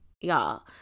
y'all